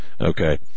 Okay